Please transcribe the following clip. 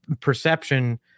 perception